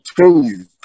continue